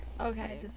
Okay